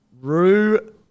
Rue